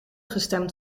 gestemd